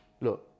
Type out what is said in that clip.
look